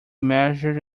measure